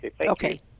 Okay